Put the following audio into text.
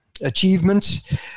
achievements